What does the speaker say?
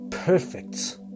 perfect